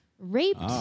Raped